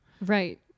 right